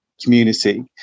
community